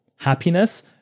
happiness